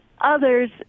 others